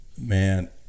Man